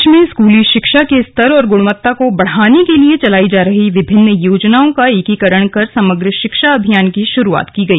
देश में स्कूली शिक्षा के स्तर और गुणवत्ता को बढ़ाने के लिए चलायी जा रही विभिन्न योजनाओं का एकीकरण कर समग्र शिक्षा अभियान की शुरुआत की गई